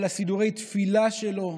על סידורי התפילה שלו,